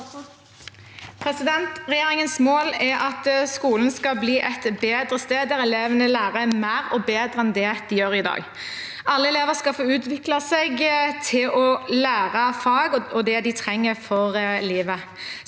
Regjerin- gens mål er at skolen skal bli et bedre sted, der elevene lærer mer og bedre enn det de gjør i dag. Alle elever skal få utvikle seg, lære fag og det de trenger for livet.